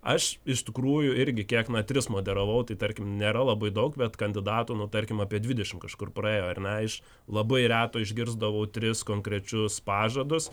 aš iš tikrųjų irgi kiek na tris moderavau tai tarkim nėra labai daug bet kandidatų nu tarkim apie dvidešim kažkur praėjo ar ne iš labai reto išgirsdavau tris konkrečius pažadus